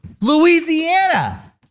Louisiana